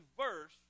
verse